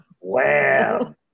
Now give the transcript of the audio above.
Wow